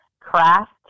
craft